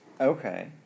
Okay